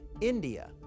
India